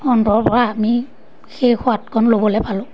অন্তৰৰপৰা আমি সেই সোৱাদকণ ল'বলৈ পালোঁ